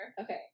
Okay